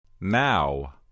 Now